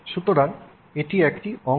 সুতরাং এটি একটি অংশ